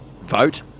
vote